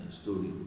story